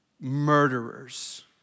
murderers